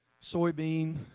Soybean